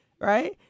right